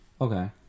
Okay